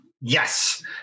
Yes